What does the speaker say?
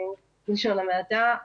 בלשון המעטה,